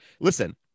Listen